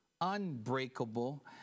unbreakable